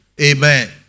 Amen